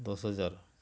ଦଶ ହାଜର